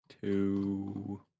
Two